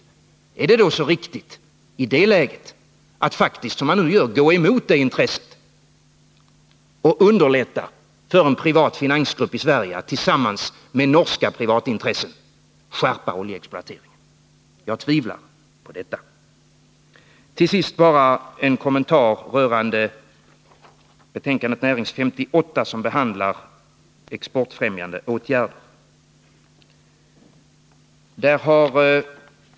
Är det i det läget riktigt att faktiskt, vilket man nu gör, stå emot det intresset och underlätta för en privat finansgrupp i Sverige att tillsammans med norska privatintressen skärpa oljeexploateringen? Till sist bara en kommentar till näringsutskottets betänkande nr 58, som behandlar exportfrämjande åtgärder.